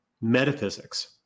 metaphysics